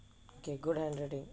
okay good handwriting